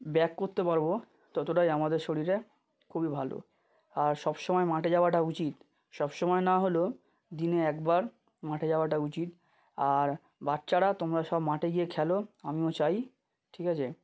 gap করতে পারবো ততটাই আমাদের শরীরে খুবই ভালো আর সব সময় মাঠে যাওয়াটা উচিত সব সময় না হলেও দিনে একবার মাঠে যাওয়াটা উচিত আর বাচ্চারা তোমরা সব মাঠে গিয়ে খেলো আমিও চাই ঠিক আছে